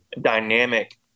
dynamic